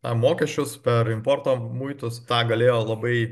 na mokesčius per importo muitus tą galėjo labai